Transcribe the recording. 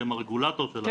שהם הרגולטור שלנו,